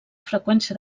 freqüència